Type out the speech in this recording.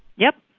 yep.